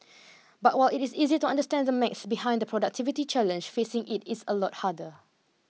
but while it is easy to understand the maths behind the productivity challenge fixing it is a lot harder